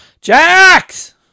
Jax